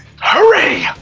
Hurry